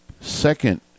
second